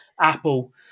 Apple